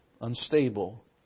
unstable